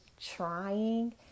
trying